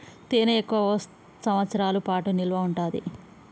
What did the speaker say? తేనె ఎక్కువ సంవత్సరాల పాటు నిల్వ ఉంటాది